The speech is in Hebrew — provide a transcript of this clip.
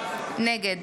נגד